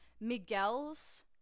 Miguel's